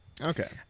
okay